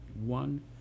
One